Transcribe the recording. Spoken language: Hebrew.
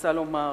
רוצה לומר